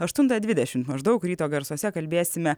aštunta dvidešim maždaug ryto garsuose kalbėsime